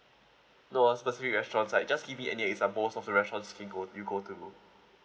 no a specific restaurants like just give me any examples of the restaurants you go you go to